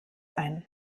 ein